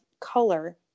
color